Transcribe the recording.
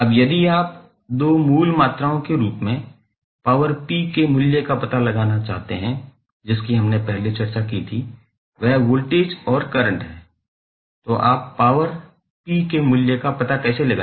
अब यदि आप दो मूल मात्राओं के रूप में पॉवर p के मूल्य का पता लगाना चाहते हैं जिसकी हमने पहले चर्चा की थी वह वोल्टेज और करंट है तो आप पावर p के मूल्य का पता कैसे लगाएंगे